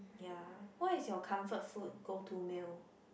ya what is your comfort food go to meal